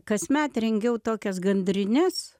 kasmet rengiau tokias gandrines